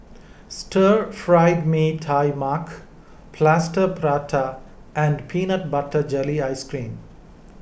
Stir Fried Mee Tai Mak Plaster Prata and Peanut Butter Jelly Ice Cream